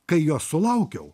kai jos sulaukiau